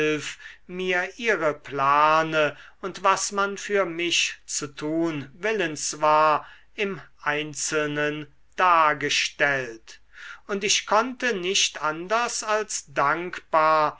mir ihre plane und was man für mich zu tun willens war im einzelnen dargestellt und ich konnte nicht anders als dankbar